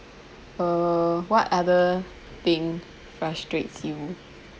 err what other thing frustrates you